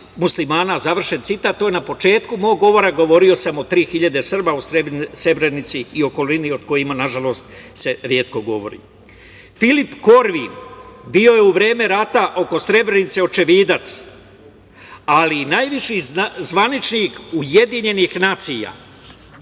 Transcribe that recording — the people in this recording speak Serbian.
muslimana, završen citat. To je na početku mog govora, govorio sam o tri hiljada Srba u Srebrenici i okolini o kojima nažalost se retko govori. Filip Korvin, bio je u vreme rata oko Srebrenice očevidac, ali najviši zvaničnik UN. On je